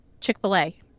Chick-fil-a